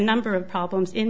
number of problems in